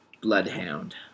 bloodhound